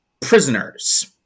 Prisoners